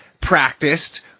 practiced